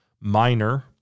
minor